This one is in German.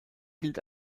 gilt